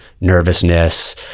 nervousness